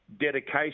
dedication